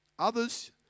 Others